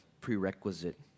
prerequisite